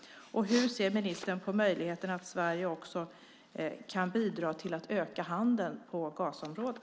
Hur ser ministern på möjligheten att Sverige också kan bidra till att öka handeln i Gazaområdet?